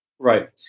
Right